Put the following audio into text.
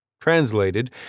Translated